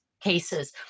cases